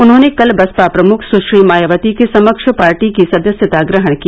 उन्होंने कल बसपा प्रमुख सुश्री मायावती के समक्ष पार्टी की सदस्यता ग्रहण की